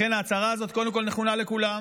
לכן, ההצהרה הזאת קודם כול נכונה לכולם.